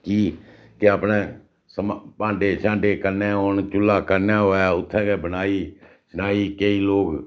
कि के अपनै समान भांडे छांडे कन्नै होन चुल्ला कन्नै होऐ उत्थें गै बनाई शनाई केईं लोक